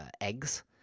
eggs